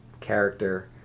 character